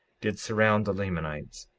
did surround the lamanites,